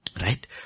right